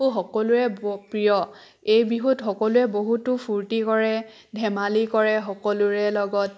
সকলোৱে প প্ৰিয় এই বিহুত সকলোৱে বহুতো ফূৰ্তি কৰে ধেমালি কৰে সকলোৰে লগত